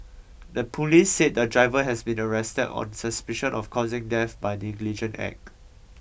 the police said the driver has been arrested on suspicion of causing death by negligent act